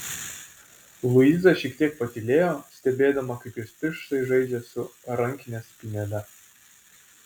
luiza šiek tiek patylėjo stebėdama kaip jos pirštai žaidžia su rankinės spynele